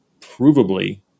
provably